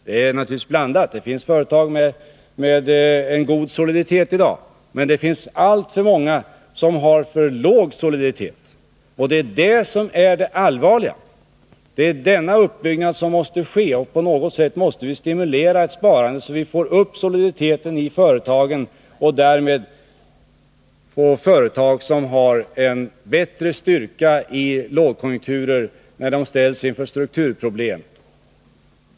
Det är naturligtvis blandat — det finns i dag företag med god soliditet, men det är alltför många som har för dålig soliditet, och det är det som är det allvarliga. På något sätt måste vi stimulera ett sparande så att vi får upp soliditeten i företagen och därmed får företag som har en bättre styrka när de ställs inför lågkonjunkturer och strukturproblem.